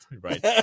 Right